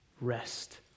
rest